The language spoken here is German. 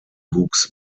wuchs